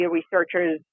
researchers